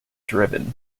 driven